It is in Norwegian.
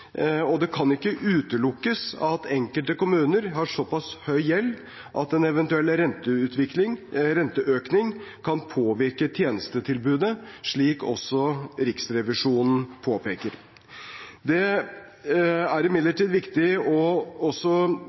og det kan ikke utelukkes at enkelte kommuner har såpass høy gjeld at en eventuell renteøkning kan påvirke tjenestetilbudet, slik også Riksrevisjonen påpeker. Det er imidlertid viktig også å